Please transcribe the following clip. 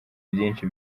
byinshi